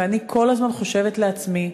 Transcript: ואני כל הזמן חושבת לעצמי: